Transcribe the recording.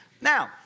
Now